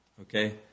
Okay